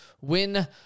win